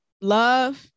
love